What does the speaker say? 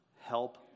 Help